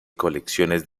colecciones